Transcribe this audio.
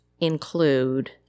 include